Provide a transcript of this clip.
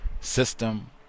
system